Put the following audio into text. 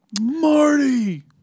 Marty